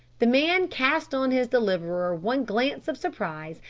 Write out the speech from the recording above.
the man cast on his deliverer one glance of surprise,